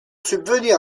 subvenir